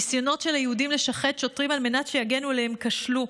ניסיונות של היהודים לשחד שוטרים על מנת שיגנו עליהם כשלו.